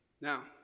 Now